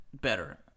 better